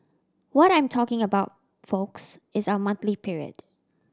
what I'm talking about folks is our monthly period